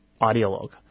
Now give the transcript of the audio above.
ideologue